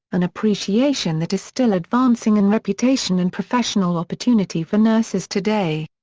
an appreciation that is still advancing in reputation and professional opportunity for nurses today.